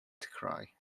cry